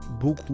beaucoup